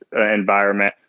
environment